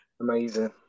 Amazing